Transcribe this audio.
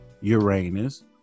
Uranus